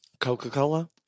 Coca-Cola